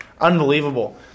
unbelievable